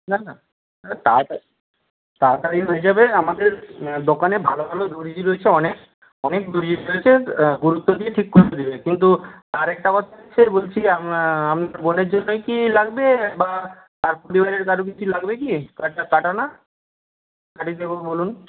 না না তাড়াতাড়ি তাড়াতাড়ি হয়ে যাবে আমাদের দোকানে ভালো ভালো দর্জি রয়েছে অনেক অনেক দর্জি রয়েছে গুরুত্ব দিয়ে ঠিক করে দেবে কিন্তু আর একটা কথা হচ্ছে বলছি আমনার বোনের জন্যই কি লাগবে বা আর বিয়েবাড়ির কারো কিছু লাগবে কি কাটিয়ে দেবো বলুন